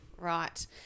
Right